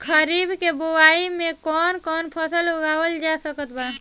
खरीब के बोआई मे कौन कौन फसल उगावाल जा सकत बा?